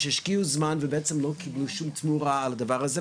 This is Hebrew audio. שהשקיעו זמן ובעצם לא קיבלו שום תמורה על הדבר הזה.